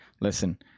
Listen